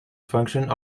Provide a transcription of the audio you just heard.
function